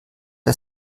der